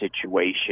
situation